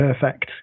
perfect